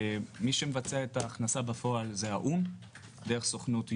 מי שמבצע את ההכנסה בפועל זה האו"ם דרך סוכנות UNOPS,